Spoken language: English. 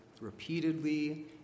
repeatedly